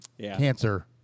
Cancer